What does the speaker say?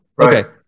Okay